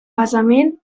basament